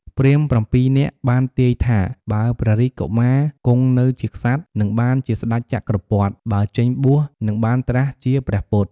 ព្រាហ្មណ៍ ៧ នាក់ បានទាយថាបើព្រះរាជកុមារគង់នៅជាក្សត្រ នឹងបានជាស្តេចចក្រពត្តិ បើចេញបួសនឹងបានត្រាស់ជាព្រះពុទ្ធ។